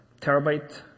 terabyte